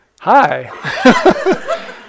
hi